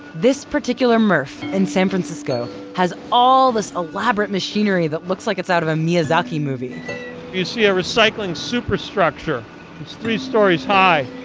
this particular mrf in san francisco has all this elaborate machinery that looks like it's out of a miyazaki movie you see a recycling superstructure, it's three stories high.